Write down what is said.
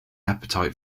appetite